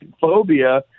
phobia